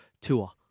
tour